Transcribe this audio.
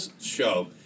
show